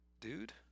dude